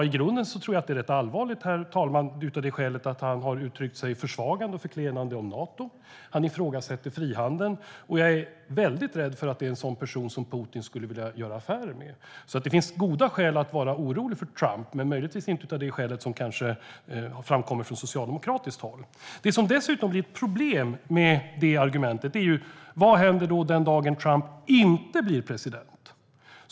I grunden tror jag att det är rätt allvarligt, herr talman, av det skälet att han har uttryckt sig försvagande och förklenande om Nato. Han ifrågasätter frihandeln, och jag är väldigt rädd att han är en sådan person som Putin skulle vilja göra affärer med. Det finns alltså goda skäl att vara orolig för Trump, men möjligtvis inte av det skäl som framkommer från socialdemokratiskt håll. Det som dessutom blir ett problem med det här argumentet är vad som händer den dagen Trump inte blir president.